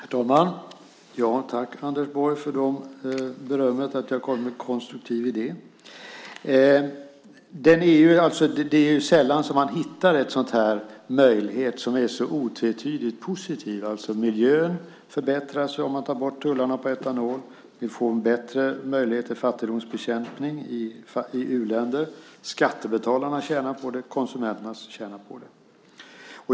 Herr talman! Tack, Anders Borg, för berömmet att jag kom med en konstruktiv idé. Det är sällan man hittar en möjlighet som är så otvetydigt positiv. Miljön förbättras om man tar bort tullarna på etanol. Vi får en bättre möjlighet till fattigdomsbekämpning i u-länder. Skattebetalarna tjänar på det. Konsumenterna tjänar på det.